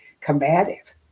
combative